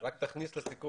הכנסנו.